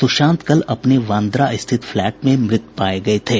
सुशांत कल अपने ब्रांदा स्थित फ्लैट में मृत पाये गए थे